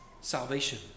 salvation